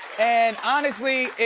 and honestly,